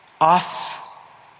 off